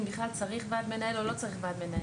אם בכלל צריך ועד מנהל או לא צריך ועד מנהל,